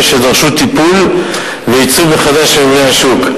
שדרשו טיפול ועיצוב מחדש של מבנה השוק,